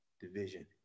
division